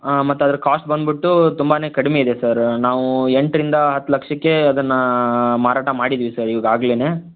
ಆಂ ಮತ್ತು ಅದ್ರ ಕಾಶ್ಟ್ ಬಂದುಬಿಟ್ಟು ತುಂಬಾ ಕಡಿಮೆ ಇದೆ ಸರ್ ನಾವು ಎಂಟರಿಂದ ಹತ್ತು ಲಕ್ಷಕ್ಕೇ ಅದನ್ನು ಮಾರಾಟ ಮಾಡಿದಿವಿ ಸರ್ ಈಗಾಗ್ಲೆನೇ